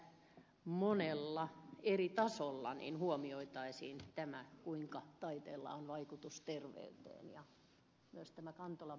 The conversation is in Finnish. toivoisinkin että monella eri tasolla huomioitaisiin kuinka taiteella on vaikutus terveyteen ja myös tämä ed